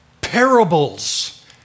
parables